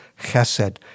chesed